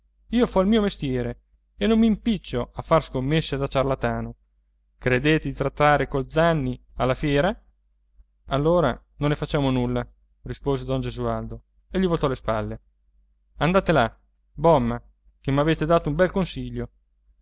io fo il mio mestiere e non m'impiccio a far scommesse da ciarlatano credete di trattare col zanni alla fiera allora non ne facciamo nulla rispose don gesualdo e gli voltò le spalle andate là bomma che m'avete dato un bel consiglio